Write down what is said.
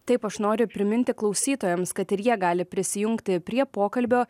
taip aš noriu priminti klausytojams kad ir jie gali prisijungti prie pokalbio